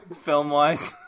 film-wise